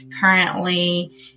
currently